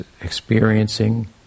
experiencing